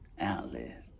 outlet